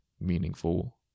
meaningful